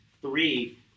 three